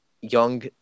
young